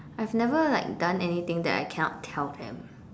I've never like done anything that I cannot tell them